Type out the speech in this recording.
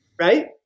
right